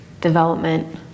development